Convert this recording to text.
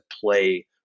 play